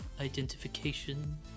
identification